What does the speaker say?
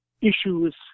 issues